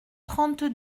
trente